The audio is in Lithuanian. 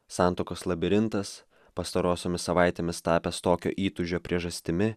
santuokos labirintas pastarosiomis savaitėmis tapęs tokio įtūžio priežastimi